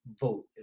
vote